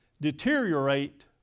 deteriorate